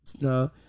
no